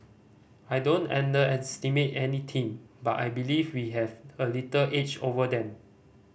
I don't underestimate any team but I believe we have a little edge over them